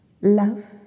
Love